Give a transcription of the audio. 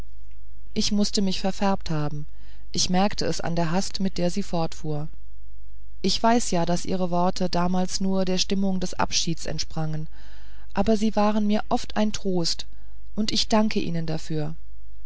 ich mußte mich verfärbt haben ich merkte es an der hast mit der sie fortfuhr ich weiß ja daß ihre worte damals nur der stimmung des abschieds entsprangen aber sie waren mir oft ein trost und und ich danke ihnen dafür